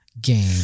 game